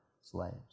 slaves